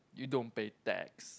you don't pay tax